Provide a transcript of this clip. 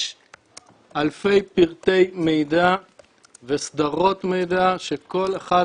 יש אלפי פרטי מידע וסדרות מידע שכל אחד